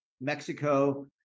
Mexico